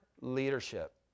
leadership